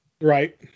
right